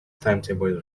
timetable